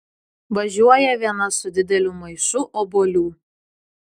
važiuoja viena su dideliu maišu obuolių